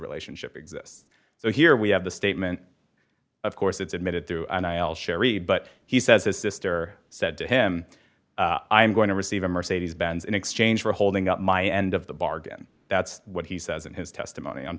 relationship exists so here we have the statement of course it's admitted through sherry but he says his sister said to him i am going to receive a mercedes benz in exchange for holding up my end of the bargain that's what he says in his testimony on